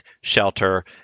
shelter